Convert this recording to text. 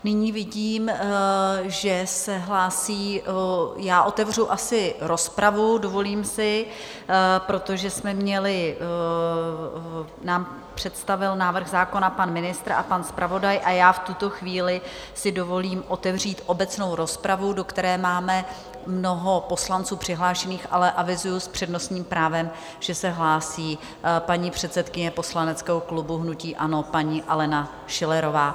Nyní vidím, že se hlásí otevřu asi rozpravu, dovolím si, protože jsme měli, představil nám návrh zákona pan ministr a pan zpravodaj a já v tuto chvíli si dovolím otevřít obecnou rozpravu, do které máme mnoho poslanců přihlášených, ale avizuji s přednostním právem, že se hlásí paní předsedkyně poslaneckého klubu hnutí ANO, paní Alena Schillerová.